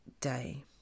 day